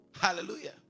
hallelujah